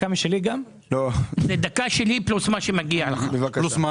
שלי פלוס מה שמגיע לך.